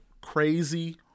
Crazy